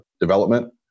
development